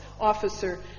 officer